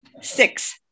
Six